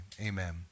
Amen